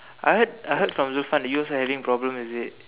I heard I heard from Zulfan that you also having problem is it